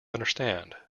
understand